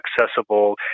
accessible